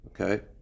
Okay